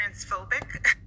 transphobic